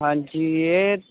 ਹਾਂਜੀ ਇਹ